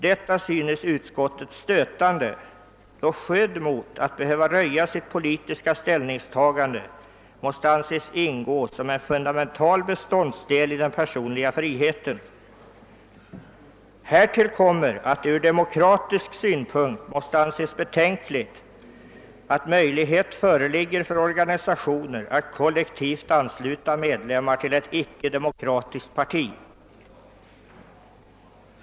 Detta synes utskottet stötande, då skydd mot att behöva röja sitt politiska ställningstagande måste anses in gå som en fundamental beståndsdel i den personliga friheten. Härtill kommer att det ur demokratisk synpunkt måste anses betänkligt, att möjlighet föreligger för organisationer att kollektivt ansluta medlemmar till ett icke demokratiskt parti.